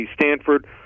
Stanford